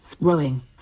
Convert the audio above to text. Rowing